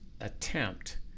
attempt